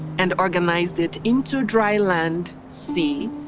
and organized it into dry land, sea,